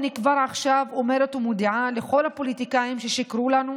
אני כבר עכשיו אומרת ומודיעה לכל הפוליטיקאים ששיקרו לנו,